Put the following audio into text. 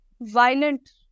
Violent